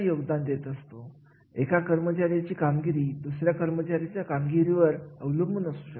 ग्राहक वस्तूंच्या संदर्भात बोलायचे झाले तर इथे विपणन आणि विक्री च्या कार्यासाठी जास्त महत्व ते असते